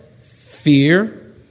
fear